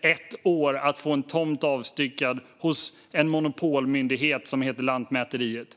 ett år att få en tomt avstyckad hos den monopolmyndighet som heter Lantmäteriet?